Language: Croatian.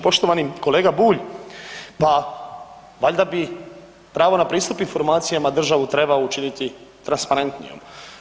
Poštovani kolega Bulj, pa valjda bi pravo na pristup informacijama državu trebao učiniti transparentnijom.